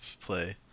play